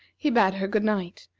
he bade her good-night,